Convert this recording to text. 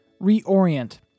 reorient